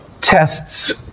tests